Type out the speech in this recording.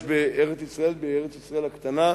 יש בארץ-ישראל הקטנה,